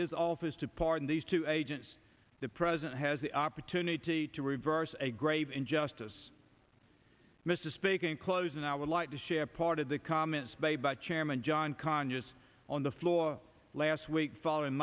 his office to pardon these two agents the president has the opportunity to reverse a grave injustice misspeaking close and i would like to share part of the comments made by chairman john conyers on the floor last week following